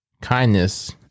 kindness